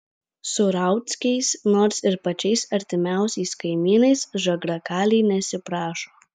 su rauckiais nors ir pačiais artimiausiais kaimynais žagrakaliai nesiprašo